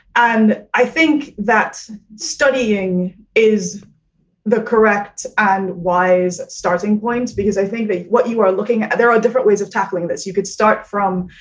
and i think that studying is the correct and wise starting point, because i think that what you are looking at, there are different ways of tackling this you could start from.